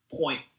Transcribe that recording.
point